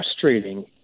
frustrating